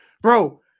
bro